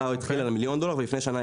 צריך לעקוב ולעשות את זה אותו דבר.